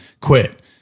quit